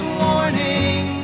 warning